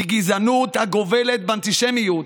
בגזענות הגובלת באנטישמיות,